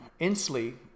Inslee